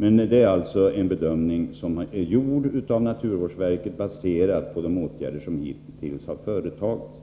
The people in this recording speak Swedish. Men det är en bedömning som gjorts av naturvårdsverket, och den är baserad på de åtgärder som hittills har vidtagits.